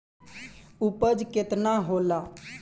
उपज केतना होला?